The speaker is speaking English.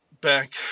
back